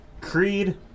Creed